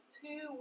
two